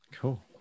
cool